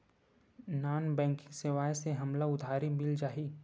Non banking सेवाएं से हमला उधारी मिल जाहि?